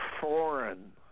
foreign